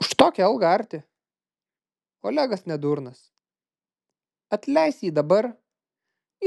už tokią algą arti olegas ne durnas atleis jį dabar